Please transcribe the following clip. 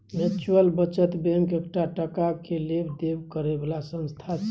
mutual बचत bank एकटा टका के लेब देब करे बला संस्था छिये